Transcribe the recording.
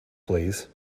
please